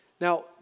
Now